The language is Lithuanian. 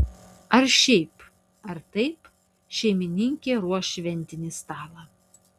ar šiaip ar taip šeimininkė ruoš šventinį stalą